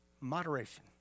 Moderation